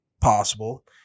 possible